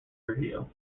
radio